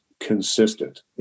consistent